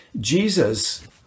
Jesus